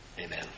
Amen